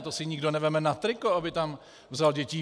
To si nikdo nevezme na triko, aby tam vzal víc dětí.